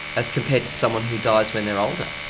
as compared to someone who dies when they're older?